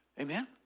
Amen